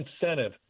incentive